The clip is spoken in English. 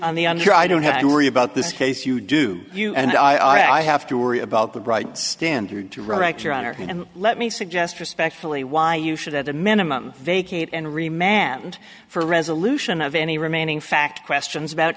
your i don't have to worry about this case you do you and i have to worry about the bright standard too right your honor and let me suggest respectfully why you should at a minimum vacate and remap and for resolution of any remaining fact questions about